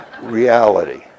Reality